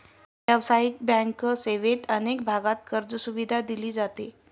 व्यावसायिक बँक सेवेत अनेक भागांत कर्जसुविधा दिली जाते